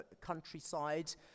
countryside